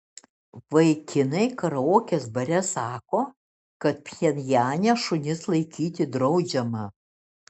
vaikinai karaokės bare sako kad pchenjane šunis laikyti draudžiama